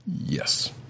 Yes